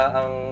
ang